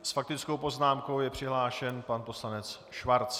S faktickou poznámkou je přihlášen pan poslanec Schwarz.